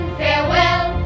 farewell